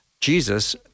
Jesus